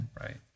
Right